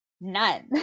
none